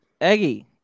Eggie